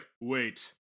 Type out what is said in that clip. wait